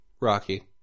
Rocky